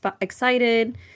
excited